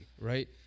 right